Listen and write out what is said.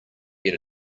get